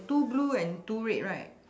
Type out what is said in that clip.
two blue and two red right